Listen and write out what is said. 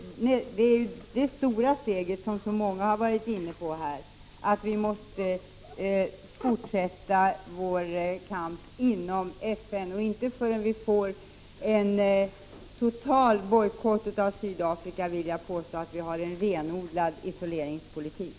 Det stora steget, som så många varit inne på här, är att vi måste fortsätta vår kamp inom FN. Inte förrän vi får en total bojkott av Sydafrika vill jag påstå att vi har en renodlad isoleringspolitik.